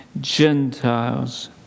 Gentiles